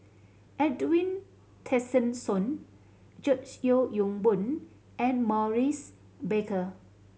Edwin Tessensohn George Yeo Yong Boon and Maurice Baker